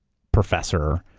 professor,